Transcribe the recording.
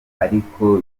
ariko